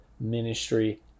ministry